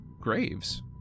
graves